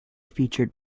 featured